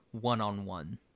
one-on-one